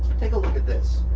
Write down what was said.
take a look at this.